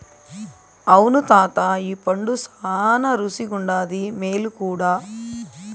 అవును తాతా ఈ పండు శానా రుసిగుండాది, మేలు కూడా